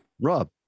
Rob